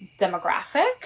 demographic